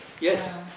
Yes